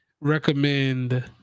recommend